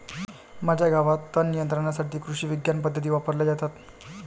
माझ्या गावात तणनियंत्रणासाठी कृषिविज्ञान पद्धती वापरल्या जातात